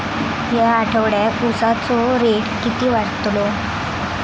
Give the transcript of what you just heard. या आठवड्याक उसाचो रेट किती वाढतलो?